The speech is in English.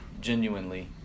genuinely